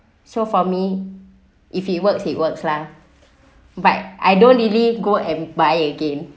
so for me if it works it works lah but I don't really go and buy again